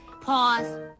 Pause